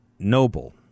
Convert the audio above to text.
noble